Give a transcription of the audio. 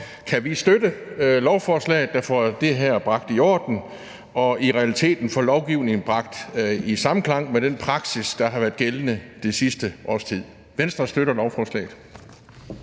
kan vi støtte lovforslaget, der får det her bragt i orden og i realiteten får lovgivningen bragt i samklang med den praksis, der har været gældende det sidste års tid. Venstre støtter lovforslaget.